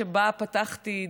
שבה פתחתי,